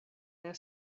their